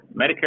Medicare